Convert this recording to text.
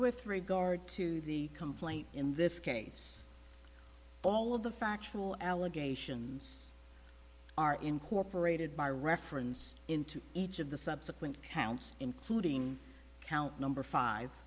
with regard to the complaint in this case all of the factual allegations are incorporated by referenced into each of the subsequent counts including count number five